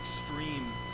extreme